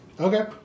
Okay